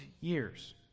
years